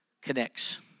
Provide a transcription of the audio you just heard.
connects